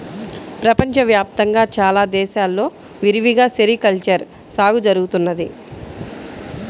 ప్రపంచ వ్యాప్తంగా చాలా దేశాల్లో విరివిగా సెరికల్చర్ సాగు జరుగుతున్నది